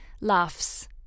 laughs